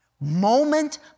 moment